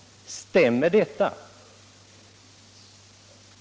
Stämmer detta?